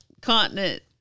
continent